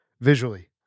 visually